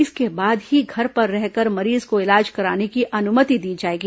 इसके बाद ही घर पर रहकर मरीज को इलाज कराने की अनुमति दी जाएगी